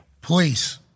Please